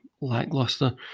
lackluster